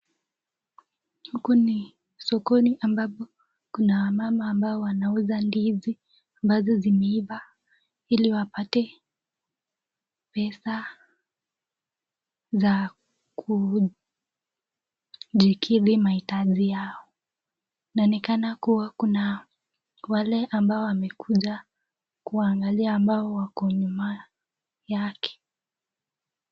Huku ni sokoni ambapo kuna wamama ambao wanauza ndizi ambazo zimeiva ili wapate pesa za kujikidhi mahitaji yao. Na ni kana kuwa kuna wale ambao wamekuja kuangalia ambao wako nyuma yake.